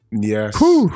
yes